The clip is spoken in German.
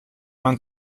man